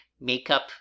makeup